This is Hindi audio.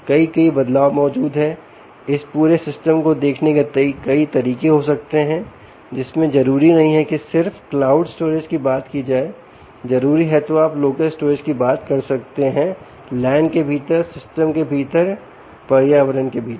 कई कई बदलाव मौजूद है इस पूरे सिस्टम को देखने के कई तरीके हो सकते हैं जिसमें जरूरी नहीं है कि सिर्फ क्लाउड स्टोरेज की बात की जाए जरूरी है तो आप लोकल स्टोरेज की बात कर सकते हैं लैन के भीतर सिस्टम के भीतर पर्यावरण के भीतर